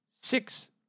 six